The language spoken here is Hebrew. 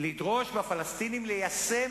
ולדרוש מהפלסטינים ליישם,